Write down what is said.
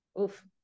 oof